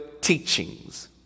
teachings